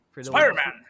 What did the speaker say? Spider-Man